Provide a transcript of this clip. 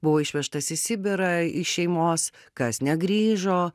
buvo išvežtas į sibirą iš šeimos kas negrįžo